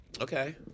Okay